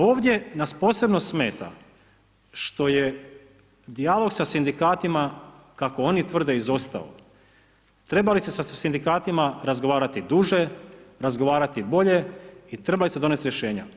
Ovdje nas posebno smeta što je dijalog sa Sindikatima, kako oni tvrde izostao, trebali ste sa Sindikatima razgovarati duže, razgovarati bolje i trebali ste donesti rješenja.